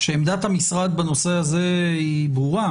שעמדת המשרד בנושא הזה ברורה.